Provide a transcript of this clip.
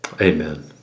Amen